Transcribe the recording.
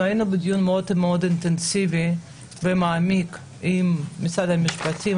אנחנו היינו בדיון מאוד אינטנסיבי ומעמיק עם משרד המשפטים,